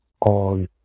on